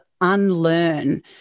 unlearn